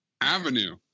Avenue